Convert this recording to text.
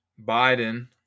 Biden